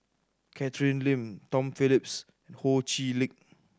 Catherine Lim Tom Phillips Ho Chee Lick